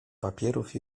papierów